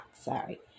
sorry